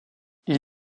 ils